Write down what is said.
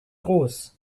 groß